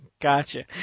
gotcha